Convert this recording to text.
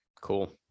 Cool